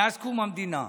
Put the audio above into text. מאז קום המדינה.